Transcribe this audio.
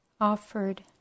offered